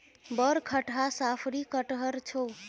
बड़ खटहा साफरी कटहड़ छौ